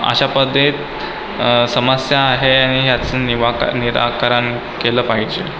अशा पण ते समस्या आहे आणि ह्याचं निवा का निराकरण केलं पाहिजे